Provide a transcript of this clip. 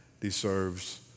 deserves